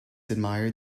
admired